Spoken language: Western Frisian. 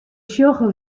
sjogge